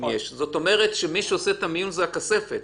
מה שאומר שמי שעושה את המיון זו הכספת.